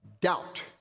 doubt